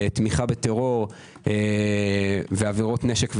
תמיכה בטרור ועבירות נשק ואמל"ח,